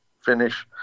finish